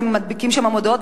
והם מדביקים שם מודעות,